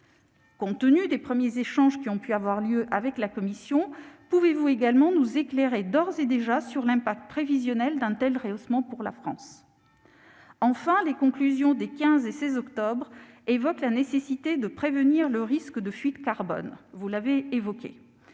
Compte tenu des premiers échanges intervenus avec la Commission, pouvez-vous également d'ores et déjà nous éclairer sur l'impact prévisionnel d'un tel rehaussement pour la France ? Enfin, les conclusions du Conseil des 15 et 16 octobre évoquent la nécessité de prévenir le risque de fuite carbone- vous l'avez évoqué.